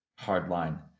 hardline